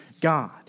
God